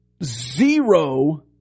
Zero